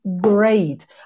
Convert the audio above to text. great